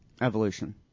evolution